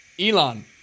Elon